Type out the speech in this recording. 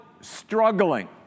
struggling